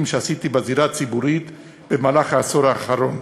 שעשיתי בזירה הציבורית במהלך העשור האחרון: